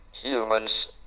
humans